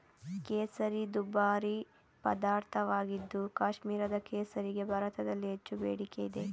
ಕೇಸರಿ ದುಬಾರಿ ಪದಾರ್ಥವಾಗಿದ್ದು ಕಾಶ್ಮೀರದ ಕೇಸರಿಗೆ ಭಾರತದಲ್ಲಿ ಹೆಚ್ಚು ಬೇಡಿಕೆ ಇದೆ